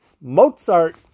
Mozart